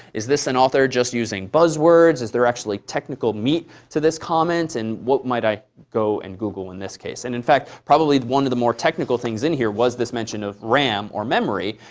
is this an author just using buzzwords, is there actually technical meat to this comment, and what might i go and google in this case? and in fact, probably one of the more technical things in here was this mention of ram or memory,